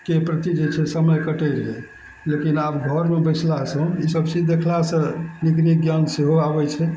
के प्रति जे छै समय कटय रहय लेकिन आब घरमे बैसलासँ ई सब चीज देखलासँ नीक नीक ज्ञान सेहो आबय छै